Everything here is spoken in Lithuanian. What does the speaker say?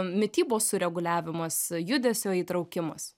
mitybos sureguliavimas judesio įtraukimas